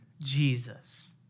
Jesus